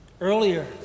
earlier